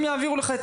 הם יעבירו לך את